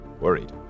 Worried